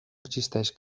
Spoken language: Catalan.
existeix